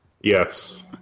Yes